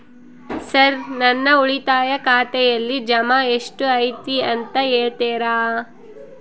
Sir ನನ್ನ ಉಳಿತಾಯ ಖಾತೆಯಲ್ಲಿ ಜಮಾ ಎಷ್ಟು ಐತಿ ಅಂತ ಹೇಳ್ತೇರಾ?